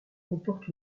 comporte